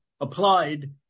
applied